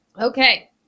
Okay